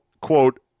quote